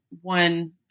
one